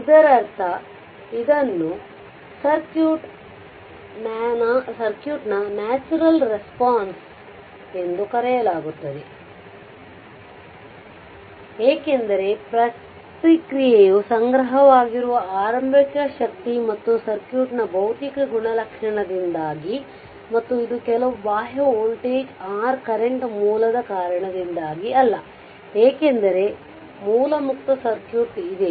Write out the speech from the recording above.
ಇದರರ್ಥ ಇದನ್ನು ಸರ್ಕ್ಯೂಟ್ನ ನ್ಯಾಚುರಲ್ ರೆಸ್ಪಾನ್ಸ್ ಎಂದು ಕರೆಯಲಾಗುತ್ತದೆ ಏಕೆಂದರೆ ಪ್ರತಿಕ್ರಿಯೆಯು ಸಂಗ್ರಹವಾಗಿರುವ ಆರಂಭಿಕ ಶಕ್ತಿ ಮತ್ತು ಸರ್ಕ್ಯೂಟ್ನ ಭೌತಿಕ ಗುಣಲಕ್ಷಣದಿಂದಾಗಿ ಮತ್ತು ಇದು ಕೆಲವು ಬಾಹ್ಯ ವೋಲ್ಟೇಜ್ R ಕರೆಂಟ್ ಮೂಲದ ಕಾರಣದಿಂದಾಗಿ ಅಲ್ಲ ಏಕೆಂದರೆ ಮೂಲ ಮುಕ್ತ ಸರ್ಕ್ಯೂಟ್ ಇದೆ